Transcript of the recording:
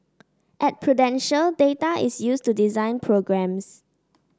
at Prudential data is used to design programmes